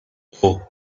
اوه